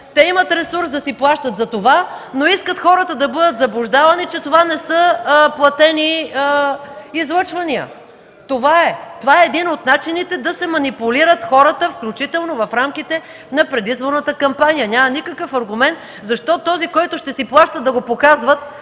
Имат ресурс да си плащат за това, но искат хората да бъдат заблуждавани, че това не са платени излъчвания. Това е. Това е един от начините да се манипулират хората, включително в рамките на предизборната кампания. Няма никакъв аргумент защо – този, който ще си плаща да го показват